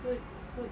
fruit fruit